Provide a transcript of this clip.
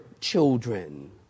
children